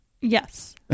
Yes